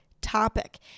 topic